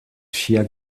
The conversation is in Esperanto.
ŝia